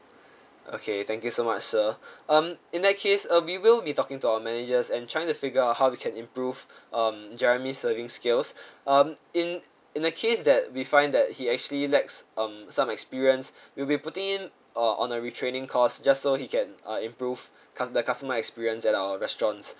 okay thank you so much sir um in that case uh we will be talking to our managers and try to figure out how we can improve um jeremy's serving skills um in in the case that we find that he actually lacks um some experience we'll be putting him uh on a retraining course just so he can uh improve cu~ the customer experience at our restaurants